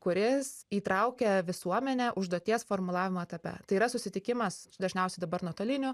kuris įtraukia visuomenę užduoties formulavimo etape tai yra susitikimas dažniausiai dabar nuotoliniu